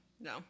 No